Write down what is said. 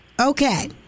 Okay